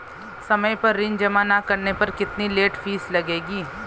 समय पर ऋण जमा न करने पर कितनी लेट फीस लगेगी?